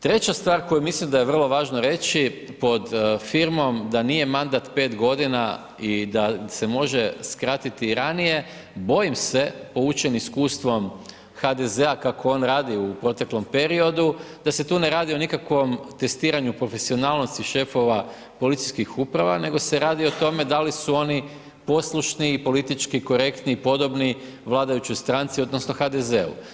Treća stvar koju mislim da je vrlo važno reći pod firmom da nije mandat 5.g. i da se može skratiti i ranije, bojim se, poučen iskustvom HDZ-a kako on radi u proteklom periodu, da se tu ne radi o nikakvom testiranju profesionalnosti šefova policijskih uprava, nego se radi o tome da li su oni poslušni i politički korektni i podobni vladajućoj stranci odnosno HDZ-u.